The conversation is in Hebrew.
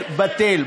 בטל, בטל.